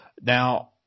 Now